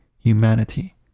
humanity